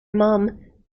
mum